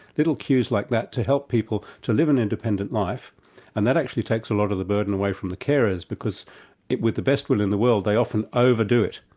little cues like that to help people to live an independent life and that actually takes a lot of the burden away from the carers, because with the best will in the world they often overdo it,